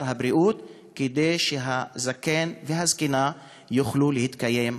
הבריאות כדי שהזקן והזקנה יוכלו להתקיים בכבוד.